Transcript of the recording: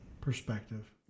perspective